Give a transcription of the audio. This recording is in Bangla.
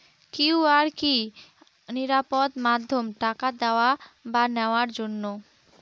কিউ.আর কি নিরাপদ মাধ্যম টাকা দেওয়া বা নেওয়ার জন্য?